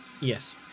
Yes